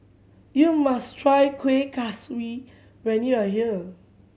you must try Kueh Kaswi when you are here